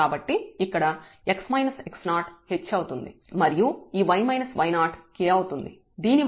కాబట్టి ఇక్కడ x x0 h అవుతుంది మరియు ఈ y y0 k అవుతుంది